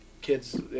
kids